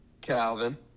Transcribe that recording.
calvin